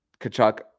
Kachuk